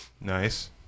Nice